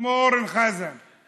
שמו אורן חזן,